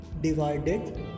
divided